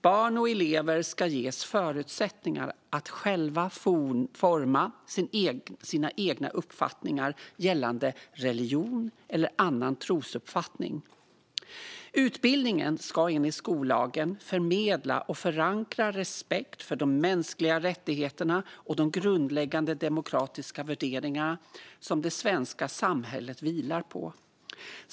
Barn och elever ska ges förutsättningar att själva forma sina egna uppfattningar gällande religion eller annan trosuppfattning. Utbildningen ska enligt skollagen förmedla och förankra respekt för de mänskliga rättigheterna och de grundläggande demokratiska värderingar som det svenska samhället vilar på.